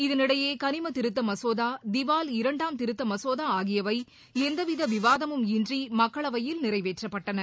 இதனிடையே கனிம திருத்த மசோதா திவால் இரண்டாம் திருத்த மசோதா ஆகியவை எந்தவித விவாதமும் இன்றி மக்களவையில் நிறைவேற்றப்பட்டன